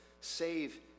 save